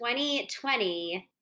2020